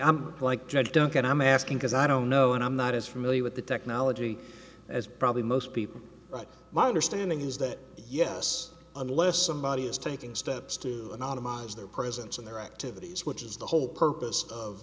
i'm like judge duncan i'm asking because i don't know and i'm not as familiar with the technology as probably most people but my understanding is that yes unless somebody is taking steps to anonymize their presence in their activities which is the whole purpose of